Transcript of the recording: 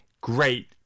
great